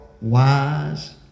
wise